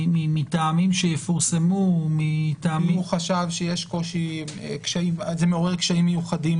אם הוא חשב שיש קושי זה מעורר קשיים מיוחדים,